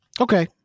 Okay